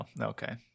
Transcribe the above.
okay